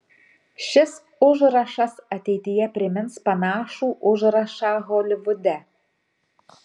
šis užrašas ateityje primins panašų užrašą holivude